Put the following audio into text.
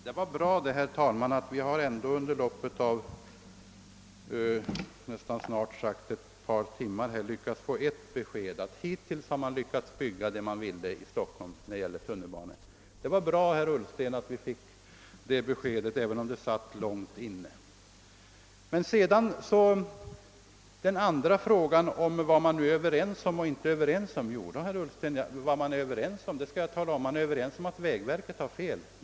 Herr talman! Det var ju bra att vi nu efter ett par timmars debatt äntligen har lyckats få ett besked, nämligen att man hittills har lyckats bygga vad man ville när det gäller tunnelbanor. Det var bra att vi fick det beskedet, herr Ullsten, även om det satt långt inne! Den andra frågan är vad man nu är överens och inte överens om, och där skall jag svara herr Ullsten. Vad man är överens om är att vägverket har fel.